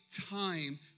time